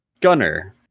Gunner